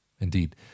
Indeed